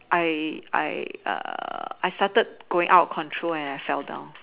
I I err I started going out of control and I fell down